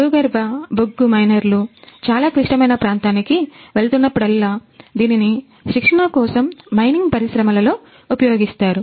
భూగర్భ బొగ్గు మైనర్లు శిక్షణ కోసం మైనింగ్ పరిశ్రమలో ఉపయోగిస్తారు